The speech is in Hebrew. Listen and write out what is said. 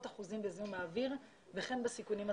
אחוזים בזיהום האוויר וכן בסיכונים הסביבתיים.